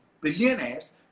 billionaires